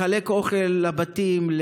מחלק אוכל לבתים,